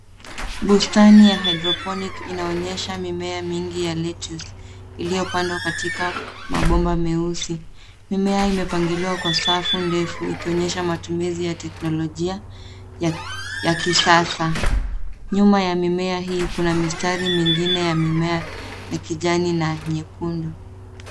Bustani ya hydroponic inaonyesha mimea mingi ya lettuce iliyopandwa katika mabomba meusi. Mimea imepangiliwa kwa safu ndefu ikionyesha matumizi ya teknolojia ya kisasa. Nyuma ya mimea hii kuna mistari mingine ya mimea ya kijani na nyekundu.